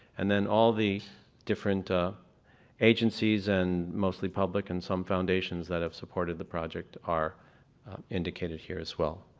and then all the different ah agencies and mostly public and some foundations that have supported the project are indicated here as well.